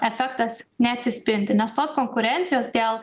efektas neatsispindi nes tos konkurencijos dėl